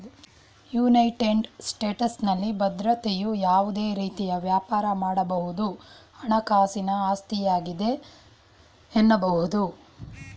United ಸ್ಟೇಟಸ್ನಲ್ಲಿ ಭದ್ರತೆಯು ಯಾವುದೇ ರೀತಿಯ ವ್ಯಾಪಾರ ಮಾಡಬಹುದಾದ ಹಣಕಾಸಿನ ಆಸ್ತಿಯಾಗಿದೆ ಎನ್ನಬಹುದು